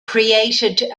created